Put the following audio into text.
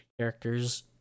characters